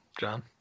John